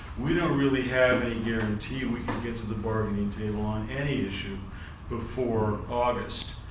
we don't really have any guarantee we can get to the bargaining table on any issue before august.